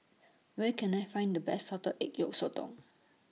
Where Can I Find The Best Salted Egg Yolk Sotong